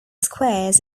squares